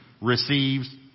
receives